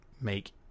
make